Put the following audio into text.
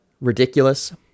ridiculous